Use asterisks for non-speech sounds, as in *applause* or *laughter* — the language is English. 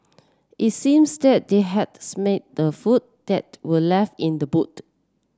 it seems that they had *unintelligible* the food that were left in the boot